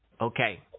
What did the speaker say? okay